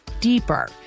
deeper